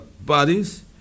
bodies